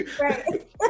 Right